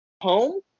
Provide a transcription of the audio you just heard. home